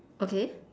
okay